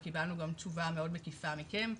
וקיבלנו גם תשובה מאוד מקיפה מכם.